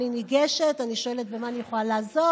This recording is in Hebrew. אני ניגשת, אני שואלת במה אני יכולה לעזור.